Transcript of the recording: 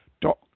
dot